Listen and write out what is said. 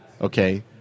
okay